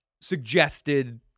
suggested